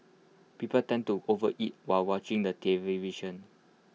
people tend to overeat while watching the television